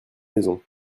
maison